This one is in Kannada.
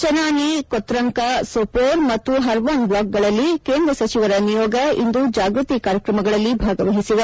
ಚೆನಾನಿ ಕೊತ್ರಂಕಾ ಸೊಪೋರ್ ಮತ್ತು ಹರ್ವಾನ್ ಬ್ಲಾಕ್ಗಳಲ್ಲಿ ಕೇಂದ್ರ ಸಚಿವರ ನಿಯೋಗ ಇಂದು ಜಾಗೃತಿ ಕಾರ್ಯಕ್ರಮಗಳಲ್ಲಿ ಭಾಗವಹಿಸಿದೆ